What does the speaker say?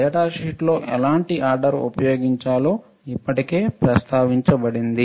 data షీట్లో ఎలాంటి order ఉపయోగించాలో ఇప్పటికే ప్రస్తావించబడింది